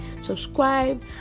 subscribe